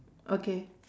okay